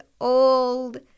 old